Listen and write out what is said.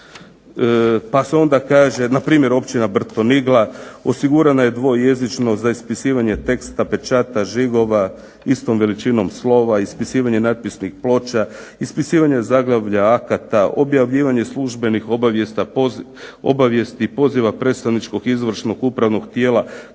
pa se onda kaže, na primjer općina Brtonigla osigurana je dvojezičnost za ispisivanje teksta pečata, žigova istom veličinom slova, ispisivanje natpisnih ploča, ispisivanje zaglavlja akata, objavljivanje službenih obavijesti i poziva predstavničkog izvršnog upravnog tijela,